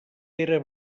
era